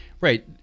right